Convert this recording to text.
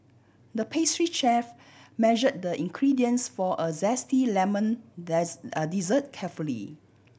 the pastry chef measure the ingredients for a zesty lemon a dessert carefully